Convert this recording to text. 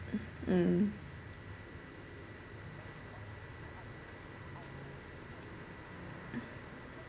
mm